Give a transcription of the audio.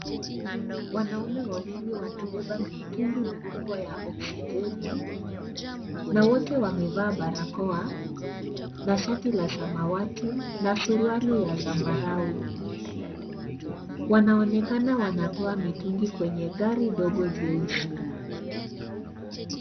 Wanaume wawili wanabeba mitungi mikubwa ya oksijeni na wote wamevaa barakoa na shati la samawati na suruali ya zambarau. Wanaonekana wanatoa mitungi kwenye gari dogo jeusi.